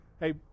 hey